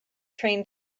train